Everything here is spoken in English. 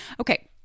okay